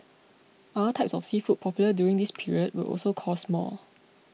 other types of seafood popular during this period will also cost more